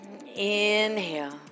inhale